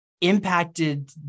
impacted